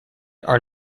are